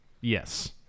Yes